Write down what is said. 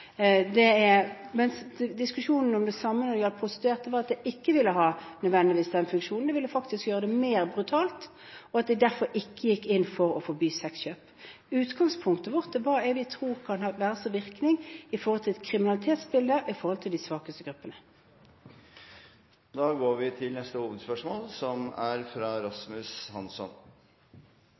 mens diskusjonen om det samme når det gjaldt prostituerte, var at det ikke nødvendigvis ville ha den funksjonen. Det ville faktisk gjøre det mer brutalt, og de gikk derfor ikke inn for å forby sexkjøp. Utgangspunktet vårt er hva jeg vil tro kan ha virkning med tanke på et kriminalitetsbilde når det gjelder de svakeste gruppene. Vi går til neste hovedspørsmål. Regjeringen har hittil holdt fast ved standpunktet: Statens pensjonsfond utland er